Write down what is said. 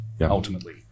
ultimately